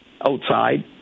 outside